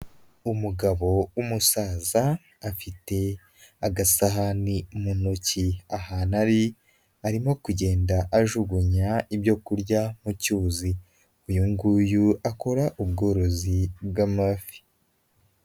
Umugabo w'umusaza afite agasahani mu ntoki, ahantu arimo kugenda ajugunya ibyoku kurya mu cyuzi, uyu nguyu akora ubworozi bw'amafi.